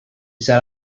sat